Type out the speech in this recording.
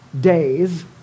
days